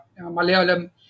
Malayalam